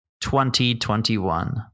2021